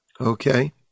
Okay